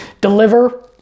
deliver